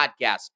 podcast